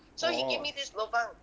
orh